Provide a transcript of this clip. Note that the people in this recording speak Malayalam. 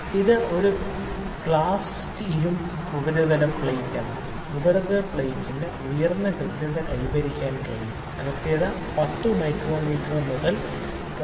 ഇത് ഒരു കാസ്റ്റ് ഇരുമ്പ് ഉപരിതല പ്ലേറ്റാണ് ഉപരിതല പ്ലേറ്റിന് ഉയർന്ന കൃത്യത കൈവരിക്കാൻ കഴിയും കൃത്യത 10 മൈക്രോമീറ്റർ മുതൽ 0